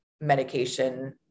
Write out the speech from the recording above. medication